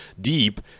deep